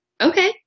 Okay